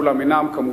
כולם אינם כאן,